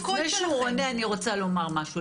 לפני שהוא עונה אני רוצה לומר משהו,